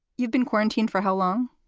you've been quarantined for how long?